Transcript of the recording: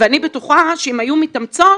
ואני בטוחה שאם היו מתאמצות